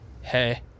Hey